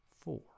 four